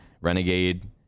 Renegade